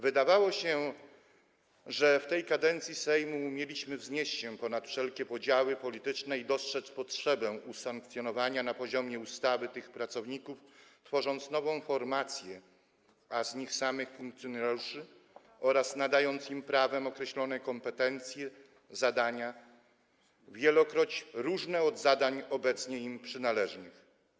Wydawało się, że w tej kadencji Sejmu umieliśmy wznieść się ponad wszelkie podziały polityczne i dostrzec potrzebę usankcjonowania na poziomie ustawy tych pracowników, tworząc nową formację, a z nich samych funkcjonariuszy, oraz nadając im prawem określone kompetencje, zadania, wielokroć różne od zadań obecnie im przynależnych.